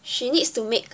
she needs to make